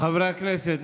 חברי הכנסת,